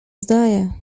zdaje